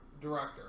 director